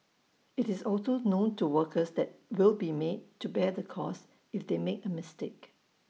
IT is also known to workers that they will be made to bear the cost if they make A mistake